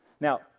Now